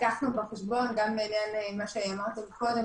לקחנו בחשבון גם בעניין מה שאמרתם קודם,